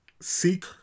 seek